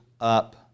up